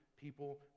people